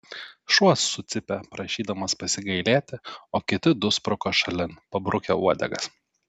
šuo sucypė prašydamas pasigailėti o kiti du spruko šalin pabrukę uodegas